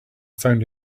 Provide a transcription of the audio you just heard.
found